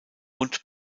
und